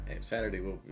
Saturday